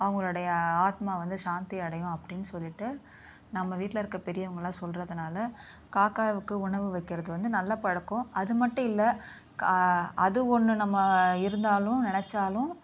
அவங்களுடைய ஆத்மா வந்து சாந்தி அடையும் அப்படின்னு சொல்லிட்டு நம்ம வீட்டில் இருக்கற பெரியவங்களெல்லாம் சொல்கிறதுனால காக்காவுக்கு உணவு வைக்கிறது வந்து நல்ல பழக்கம் அதுமட்டும் இல்லை அது ஒன்று நம்ம இருந்தாலும் நினச்சாலும்